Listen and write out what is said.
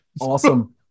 Awesome